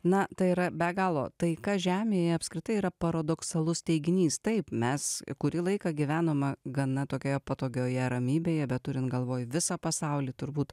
na tai yra be galo taika žemėje apskritai yra paradoksalus teiginys taip mes kurį laiką gyvenama gana tokioje patogioje ramybėje bet turint galvoj visą pasaulį turbūt